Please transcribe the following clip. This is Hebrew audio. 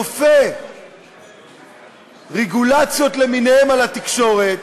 כופה רגולציות למיניהן על התקשורת,